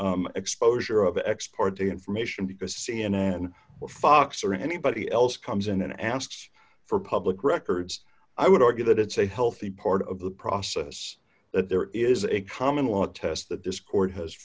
exposure d of export information because c n n or fox or anybody else comes in and asks for public records i would argue that it's a healthy part of the process that there is a common law test that this court has